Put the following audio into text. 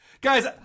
guys